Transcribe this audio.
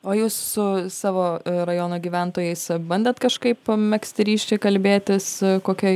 o jūs su savo rajono gyventojais bandėt kažkaip megzti ryšį kalbėtis kokia